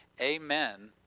Amen